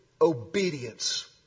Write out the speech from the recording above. obedience